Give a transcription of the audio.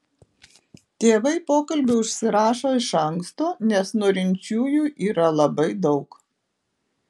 tėvai pokalbiui užsirašo iš anksto nes norinčiųjų yra labai daug